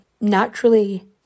naturally